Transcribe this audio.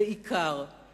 שתקציביהם גדולים.